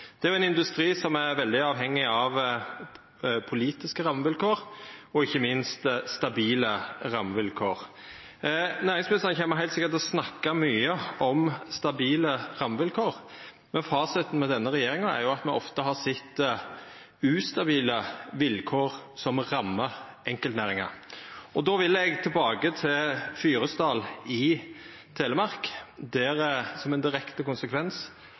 Det er ein industri som er veldig avhengig av politiske rammevilkår og ikkje minst stabile rammevilkår. Næringsministeren kjem heilt sikkert til å snakka mykje om stabile rammevilkår, men fasiten med denne regjeringa er jo at me ofte har sett ustabile vilkår som rammar enkeltnæringar. Då vil eg tilbake til Fyresdal i Telemark, der det som ein direkte konsekvens